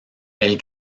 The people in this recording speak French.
elle